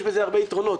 יש בזה הרבה יתרונות.